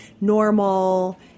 normal